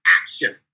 action